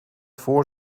voor